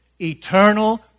eternal